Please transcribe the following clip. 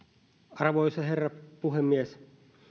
arvoisa herra puhemies